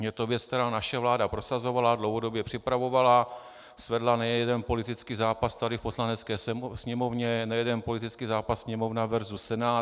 Je to věc, kterou naše vláda prosazovala, dlouhodobě připravovala, svedla nejeden politický zápas tady v Poslanecké sněmovně, nejeden politický zápas Sněmovna versus Senát.